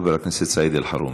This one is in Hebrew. חבר הכנסת סעיד אלחרומי.